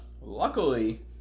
Luckily